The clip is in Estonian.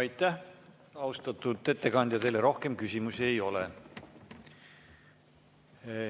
Aitäh, austatud ettekandja! Teile rohkem küsimusi ei ole.